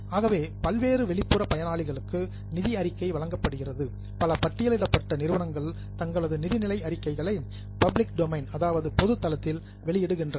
ஆகவே பல்வேறு வெளிப்புற பயனாளர்களுக்கு நிதி அறிக்கை வழங்கப்படுகிறது பல பட்டியலிடப்பட்ட நிறுவனங்கள் தங்களது நிதிநிலை அறிக்கைகளை பப்ளிக் டொமைன் பொதுத்தளத்தில் வெளியிடுகின்றன